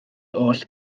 oll